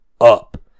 up